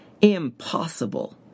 Impossible